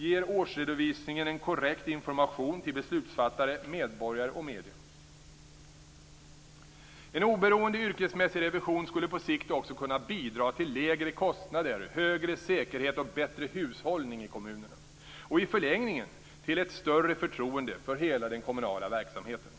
Ger årsredovisningen en korrekt information till beslutsfattare, medborgare och medier? En oberoende yrkesmässig revision skulle på sikt också kunna bidra till lägre kostnader, högre säkerhet och bättre hushållning i kommunerna och i förlängningen till ett större förtroende för hela den kommunala verksamheten.